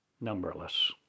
numberless